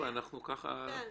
כאשר